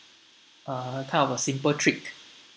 uh kind of a simple trick